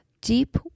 Deep